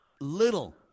little